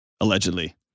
Allegedly